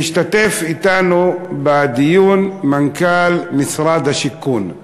והשתתף אתנו בדיון מנכ"ל משרד השיכון,